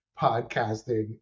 podcasting